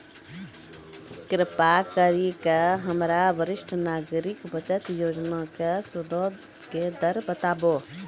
कृपा करि के हमरा वरिष्ठ नागरिक बचत योजना के सूदो के दर बताबो